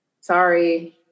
Sorry